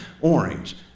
orange